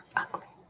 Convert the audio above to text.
ugly